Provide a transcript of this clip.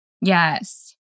Yes